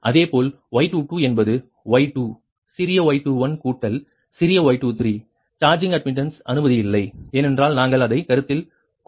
அதேபோல் Y22 என்பது y2 சிறிய y21 கூட்டல் சிறிய y23 சார்ஜிங் அட்மிட்டன்ஸ் அனுமதி இல்லை ஏனென்றால் நாங்கள் அதை கருத்தில் கொள்ளவில்லை